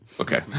Okay